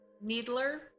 needler